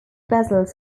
vessels